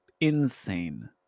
insane